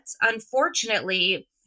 unfortunately